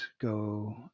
go